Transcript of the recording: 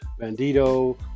Bandito